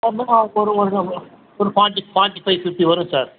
ஒரு forty forty five fifty வரும் sir